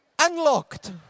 unlocked